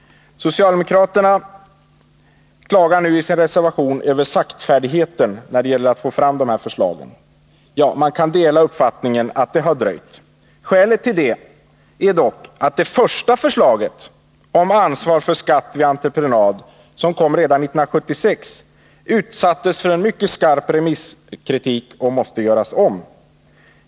Socialdemokraterna klagar nu i sin reservation över saktfärdigheten när det gäller att få fram dessa förslag. Ja, man kan dela uppfattningen att det har dröjt. Skälet är dock att det första förslaget om ansvar för skatt vid entreprenad, som kom redan 1976, utsattes för en mycket skarp remisskritik och måste göras om.